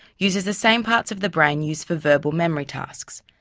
uses the same parts of the brain used for verbal memory tasks.